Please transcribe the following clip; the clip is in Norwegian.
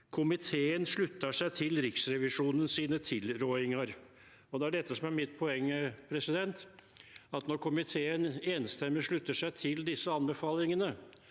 Komiteen sluttar seg til Riksrevisjonen sine tilrådingar.» Det er dette som er mitt poeng, at når komiteen enstemmig slutter seg til disse anbefalingene,